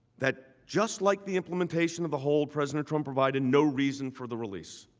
that just like the imitation of the hold president trump provided no reason for the release.